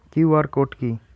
QR code কি?